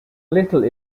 little